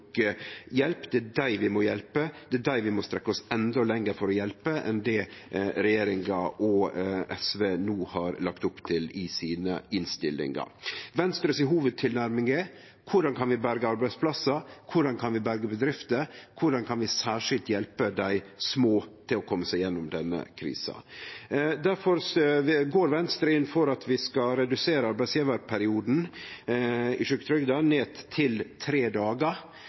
hjelp. Det er dei vi må hjelpe, det er dei vi må strekkje oss endå lenger for å hjelpe enn det regjeringspartia og SV no har lagt opp til i innstillingane. Venstre si hovudtilnærming er: Korleis kan vi berge arbeidsplassar? Korleis kan vi berge bedrifter? Korleis kan vi særskilt hjelpe dei små til å kome seg gjennom denne krisa? Difor går Venstre inn for at vi skal redusere arbeidsgjevarperioden i sjuketrygda ned til tre dagar,